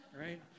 right